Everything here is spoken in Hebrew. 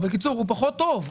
שהוא פחות טוב,